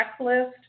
checklist